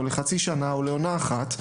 לחצי שנה או לעונה אחת,